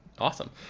Awesome